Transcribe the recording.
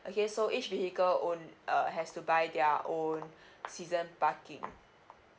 okay so each vehicle own uh has to buy their own season parking